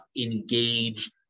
engage